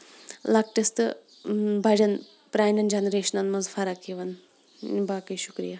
لۄکٹِس تہٕ بَڑٮ۪ن پرانٮ۪ن جنریشنن منٛز فرق یِوان باقٕے شُکرِیہ